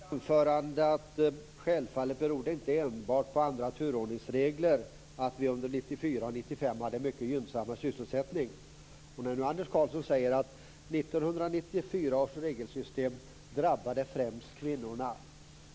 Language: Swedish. Fru talman! Jag sade i mitt anförande att det självfallet inte beror enbart på andra turordningsregler att vi under 1994 och 1995 hade mycket gynnsammare sysselsättning. Anders Karlsson säger nu att 1994 års regelsystem drabbade främst kvinnorna.